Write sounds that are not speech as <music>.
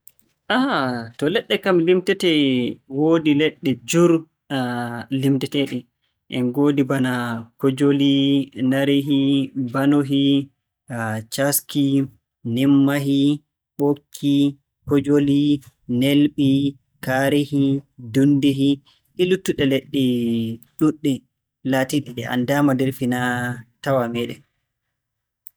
Ah! to leɗɗe kam limtetee, woodi leɗɗe juur <hesitation> limteteeɗe. En ngoodi bana kojoli, narehi, banohi, caski, nimmahi, ɓokki, kojoli, nelɓi, kaareehi, dunndehi, e luttuɗe leɗɗe ɗuuɗɗe, laatiiɗe ɗe anndaama nder finaa-tawaa meeɗen.